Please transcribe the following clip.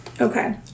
okay